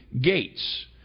gates